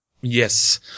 Yes